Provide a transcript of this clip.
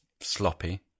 sloppy